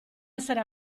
essere